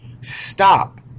Stop